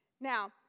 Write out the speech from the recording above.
Now